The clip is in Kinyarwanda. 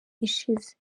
ishize